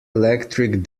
electric